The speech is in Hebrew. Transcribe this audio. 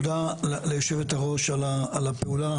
תודה ליושבת הראש על הפעולה